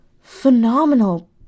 phenomenal